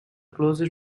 closely